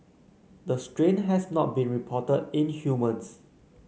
the strain has not been reported in humans